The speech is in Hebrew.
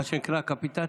מה שנקרא קפיטציה.